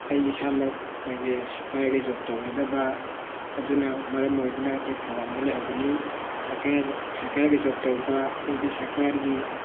ꯑꯩ ꯏꯁꯥꯃꯛ ꯑꯩꯈꯣꯏꯒꯤ ꯁꯔꯀꯥꯔꯒꯤ ꯖꯣꯕ ꯇꯧꯖꯗꯕ ꯑꯗꯨꯅ ꯃꯔꯝ ꯑꯣꯏꯗꯨꯅ ꯑꯩꯈꯣꯏ ꯈꯨꯡꯒꯪꯗ ꯂꯩꯍꯧꯕꯅꯤ ꯁꯔꯀꯥꯔ ꯁꯔꯀꯥꯔꯒꯤ ꯖꯣꯕ ꯇꯧꯕ ꯑꯗꯒꯤ ꯁꯔꯀꯥꯔꯒꯤ